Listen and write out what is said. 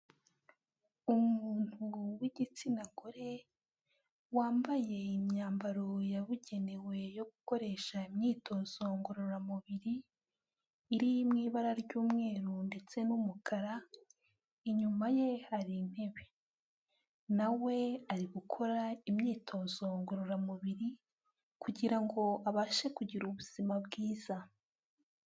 Umuntu w'igitsina gore, wambaye imyambaro yabugenewe yo gukoresha imyitozo ngororamubiri iri mu ibara ry'umweru ndetse n'umukara, inyuma ye hari intebe, na we ari gukora imyitozo ngororamubiri kugira ngo abashe kugira ubuzima bwiza.